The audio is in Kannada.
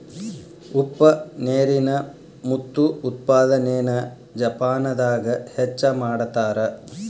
ಉಪ್ಪ ನೇರಿನ ಮುತ್ತು ಉತ್ಪಾದನೆನ ಜಪಾನದಾಗ ಹೆಚ್ಚ ಮಾಡತಾರ